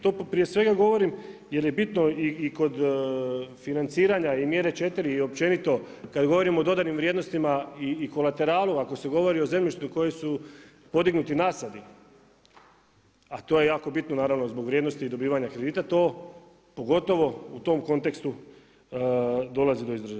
To prije svega govorim jer je bitno i kod financiranja i mjere 4 i općenito kada govorimo o dodanim vrijednostima i kolateralu, ako se govori o zemljištu na kojem su podignuti nasadi, a to je jako bitno naravno zbog vrijednosti i dobivanja kredita, to pogotovo u tom kontekstu dolazi do izražaja.